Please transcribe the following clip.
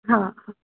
हा